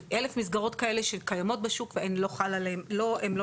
אלף מסגרות כאלה שנמצאות בשוק והן לא